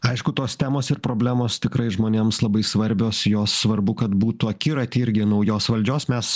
aišku tos temos ir problemos tikrai žmonėms labai svarbios jos svarbu kad būtų akiraty irgi naujos valdžios mes